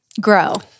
grow